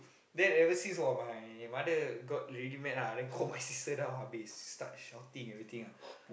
then ever since while my mother got really mad ah then call my sister down habis start shouting everything